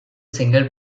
signal